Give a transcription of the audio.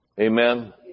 Amen